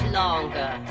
longer